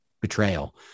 betrayal